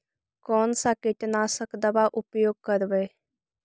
कोन सा कीटनाशक दवा उपयोग करबय?